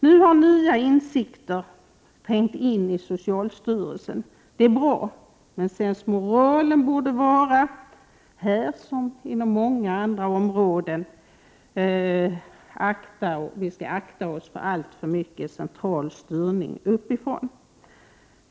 Nu har nya insikter trängt in i socialstyrelsen. Det är bra. Men sensmoralen borde vara — här som inom andra områden — att vi skall akta oss för alltför mycken centralstyrning uppifrån.